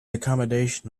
accommodation